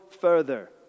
further